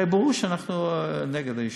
הרי ברור שאנחנו נגד העישון.